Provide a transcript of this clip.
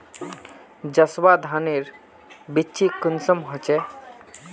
जसवा धानेर बिच्ची कुंसम होचए?